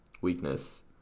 weakness